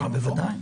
בוודאי.